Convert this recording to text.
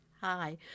Hi